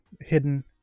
hidden